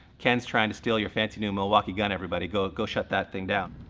ken's trying to steal your fancy new milwaukee gun, everybody. go go shut that thing down.